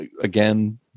again